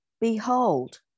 Behold